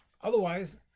otherwise